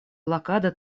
блокада